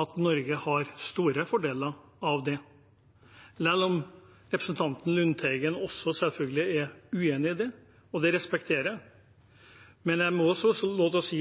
at Norge har store fordeler av det, selv om representanten Lundteigen selvfølgelig også er uenig i det, og det respekterer jeg. Men jeg må også få lov å si